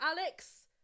Alex